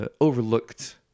overlooked